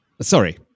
Sorry